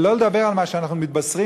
שלא לדבר על מה שאנחנו מתבשרים,